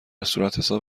صورتحساب